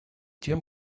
тем